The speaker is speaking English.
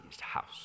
house